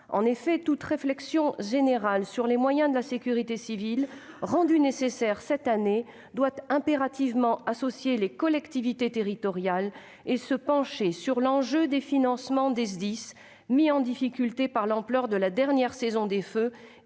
En effet, toute réflexion générale sur les moyens de la sécurité civile, rendue nécessaire cette année, doit impérativement associer les collectivités territoriales et se pencher sur l'enjeu du financement des Sdis, mis en difficulté par l'ampleur de la dernière saison des feux